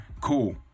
cool